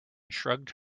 shrugged